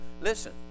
listen